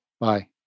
Bye